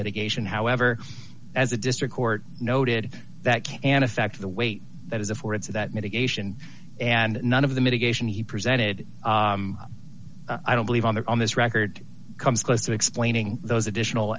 mitigation however as a district court noted that an effect of the weight that is affords that mitigation and none of the mitigation he presented i don't believe on that on this record comes close to explaining those additional